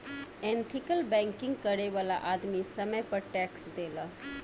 ethical banking करे वाला आदमी समय पर टैक्स देला